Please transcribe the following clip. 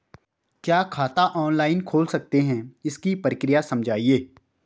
क्या खाता ऑनलाइन खोल सकते हैं इसकी प्रक्रिया समझाइए?